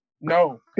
No